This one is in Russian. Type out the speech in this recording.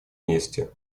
месте